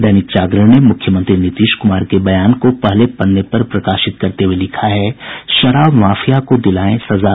दैनिक जागरण ने मुख्यमंत्री नीतीश कुमार के बयान को पहले पन्ने पर प्रकाशित करते हुए लिखा है शराब माफिया को दिलायें सजा